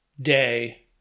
day